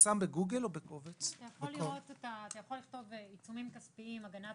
אתה יכול לכתוב עיצומים כספיים הגנת